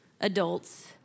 adults